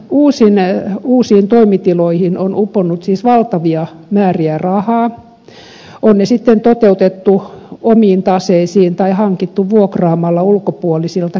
julkisen sektorin uusiin toimitiloihin on uponnut siis valtavia määriä rahaa on ne sitten toteutettu omiin taseisiin tai hankittu vuokraamalla ulkopuolisilta kiinteistösijoittajilta